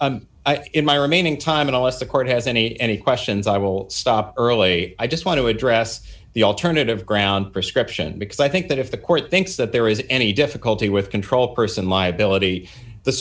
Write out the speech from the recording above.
law in my remaining time unless the court has any any questions i will stop early i just want to address the alternative ground prescription because i think that if the court thinks that there is any difficulty with control person liability the